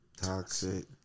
toxic